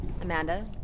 Amanda